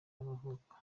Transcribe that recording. y’amavuko